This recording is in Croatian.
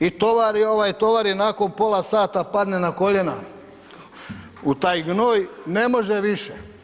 I tovari ovaj, tovari, nakon pola sata padne na koljena u taj gnoj, ne može više.